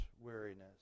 weariness